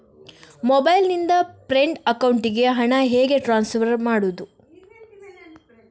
Mobile ನಿಂದ friend ಅಕೌಂಟಿಗೆ ಹಣ ಹೇಗೆ ಟ್ರಾನ್ಸ್ಫರ್ ಮಾಡುವುದು?